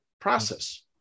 process